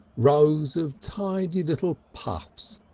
rows of tidy little puffs,